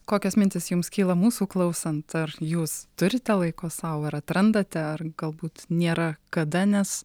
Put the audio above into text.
kokios mintys jums kyla mūsų klausant ar jūs turite laiko sau ar atrandate ar galbūt nėra kada nes